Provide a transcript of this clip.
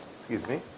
excuse me.